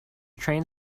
train